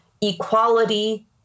equality